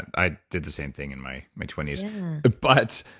i did the same thing in my my twenty but